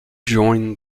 joined